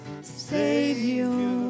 Savior